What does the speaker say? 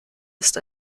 ist